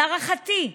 להערכתי,